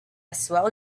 swell